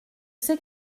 sais